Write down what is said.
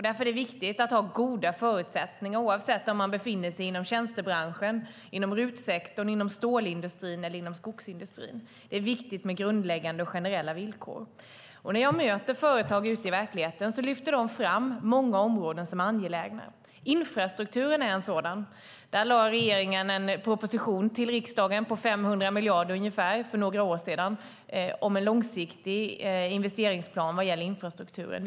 Därför är det viktigt att ha goda förutsättningar oavsett om man befinner sig inom tjänstebranschen, RUT-sektorn, stålindustrin eller skogsindustrin. Det är viktigt med grundläggande generella villkor. När jag möter företag ute i verkligheten lyfter de fram många områden som angelägna. Infrastrukturen är ett sådant område. Där lade regeringen fram en proposition till riksdagen på ungefär 500 miljarder för några år sedan, en långsiktig investeringsplan vad gäller infrastrukturen.